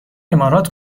امارات